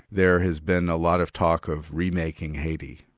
there has been a lot of talk of re-making haiti.